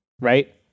right